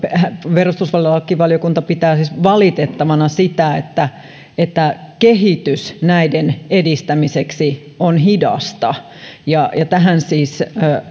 perustuslakivaliokunta pitää siis valitettavana sitä että että kehitys näiden edistämiseksi on hidasta ja tähän siis